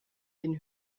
den